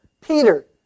Peter